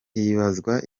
hibazwa